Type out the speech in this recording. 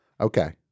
Okay